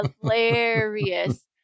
hilarious